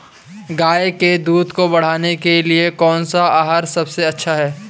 गाय के दूध को बढ़ाने के लिए कौनसा आहार सबसे अच्छा है?